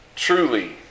Truly